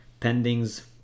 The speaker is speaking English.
pendings